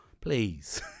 Please